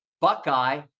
Buckeye